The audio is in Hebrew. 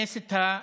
לכנס את המליאה,